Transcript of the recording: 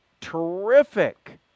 terrific